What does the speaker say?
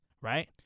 right